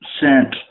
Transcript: sent